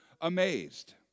amazed